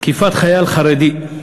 תקיפת חייל חרדי,